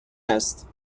است